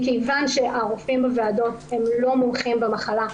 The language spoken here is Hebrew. מכיוון שהרופאים בוועדות הם לא מומחים במחלה,